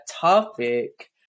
topic